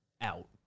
out